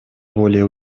более